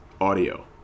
audio